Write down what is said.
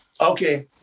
Okay